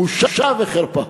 בושה וחרפה.